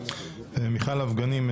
מיכל אבגנים,